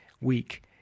week